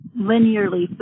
linearly